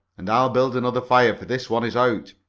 and i'll build another fire, for this one is out.